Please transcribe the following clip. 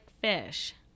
fish